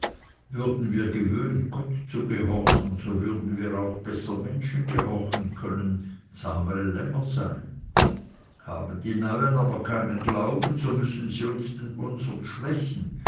würden wir gewöhnt gott zu gehorchen so würden wir auch besser menschen gehorchen können zahmere lämmer sein haben die neuen keinen glauben so müssen sie uns den unsern schwächen